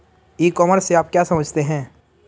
ई commerce से आप क्या समझते हो?